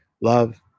love